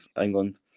England